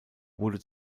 wurde